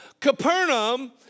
Capernaum